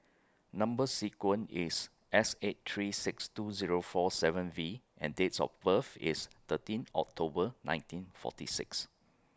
Number sequence IS S eight three six two Zero four seven V and Dates of birth IS thirteen October nineteen forty six